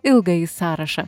ilgąjį sąrašą